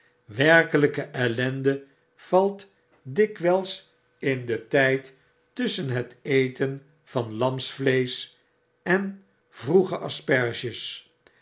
werkelpe ellende valt dikwyls in den tya tusschen het eten van kmvleesch en vroege asperges